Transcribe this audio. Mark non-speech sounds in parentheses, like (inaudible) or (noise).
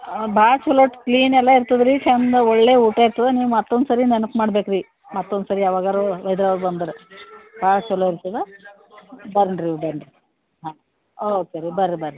ಹಾಂ ಭಾಳ ಛಲೋ ಕ್ಲೀನ್ ಅಲ್ಲ ಇರ್ತಾದೆ ರೀ ಚಂದ ಒಳ್ಳೆ ಊಟ ಇರ್ತದೆ ನೀವು ಮತ್ತೊಂದು ಸರಿ ನೆನಪು ಮಾಡ್ಬೇಕು ರೀ ಮತ್ತೊಂದು ಸರಿ ಯಾವಾಗಾರು (unintelligible) ಬಂದ್ರೆ ಭಾಳ ಛಲೋ ಇರ್ತದಾ ಬನ್ನಿರಿ (unintelligible) ಹಾಂ ಓಕೆ ರೀ ಬರ್ರಿ ಬರ್ರಿ